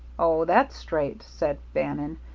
oh, that's straight, said bannon.